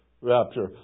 rapture